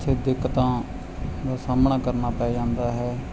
ਉੱਥੇ ਦਿੱਕਤਾਂ ਦਾ ਸਾਹਮਣਾ ਕਰਨਾ ਪੈ ਜਾਂਦਾ ਹੈ